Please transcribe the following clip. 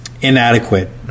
inadequate